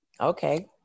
Okay